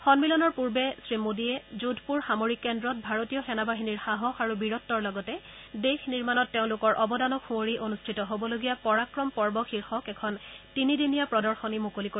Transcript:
সন্মিলনৰ পূৰ্বে শ্ৰীমোডীয়ে যোধপূৰ সামৰিক কেন্দ্ৰত ভাৰতীয় সেনা বাহিনীৰ সাহস আৰু বীৰত্বৰ লগতে দেশ নিৰ্মাণত তেওঁলোকৰ অৱদানক সূঁবৰি অনুষ্ঠিত হবলগীয়া পৰাক্ৰম পৰ্ব শীৰ্ষক এখন তিনিদিনীয়া প্ৰদশনী মুকলি কৰিব